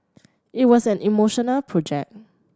it was an emotional project